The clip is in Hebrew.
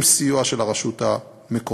עם סיוע של הרשות המקומית.